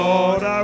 Lord